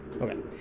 Okay